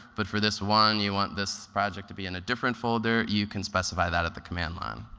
but for this one you want this project to be in a different folder, you can specify that at the command line.